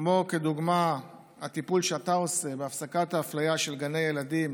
כמו לדוגמה הטיפול שאתה עושה בהפסקת האפליה של גני הילדים